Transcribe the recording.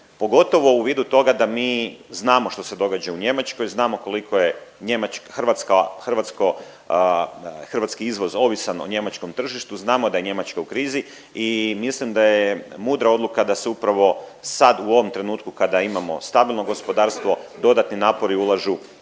Pogotovo u vidu toga da mi znamo što se događa u Njemačkoj, znamo koliko je njem… Hrvatska, hrvatsko, hrvatski izvoz ovisan o njemačkom tržištu, znamo da je Njemačka u krizi i mislim da je mudra odluka da se upravo sad u ovom trenutku kada imamo stabilno gospodarstvo dodatni napori ulažu